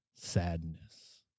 Sadness